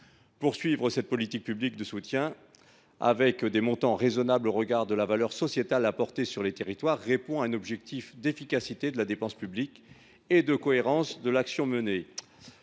Poursuivre cette politique publique de soutien, avec des montants raisonnables au regard de la valeur sociétale apportée sur les territoires, répond à un objectif d’efficacité de la dépense publique et de cohérence de l’action menée.